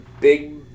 big